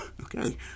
Okay